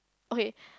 okay